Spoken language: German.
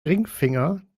ringfinger